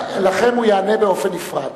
לכם הוא יענה באופן נפרד.